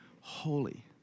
holy